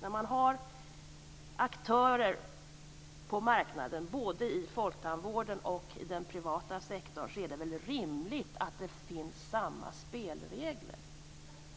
När det finns aktörer på marknaden, både i folktandvården och i den privata sektorn, är det väl rimligt att de har samma spelregler.